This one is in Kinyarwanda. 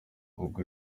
ubwo